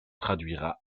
traduira